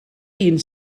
hun